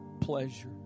pleasure